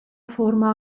forma